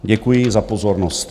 Děkuji za pozornost.